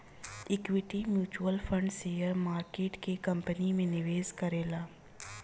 equity mutual fund share market के company में निवेश करेला